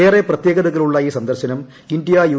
ഏറെ പ്രത്യേകതകളുള്ള ഈ സന്ദർശനം ഇന്ത്യെ യു